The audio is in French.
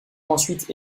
ensuite